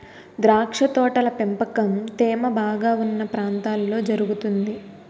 ద్రాక్ష తోటల పెంపకం తేమ బాగా ఉన్న ప్రాంతాల్లో జరుగుతుంది